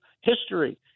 history